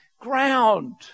ground